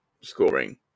scoring